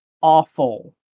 awful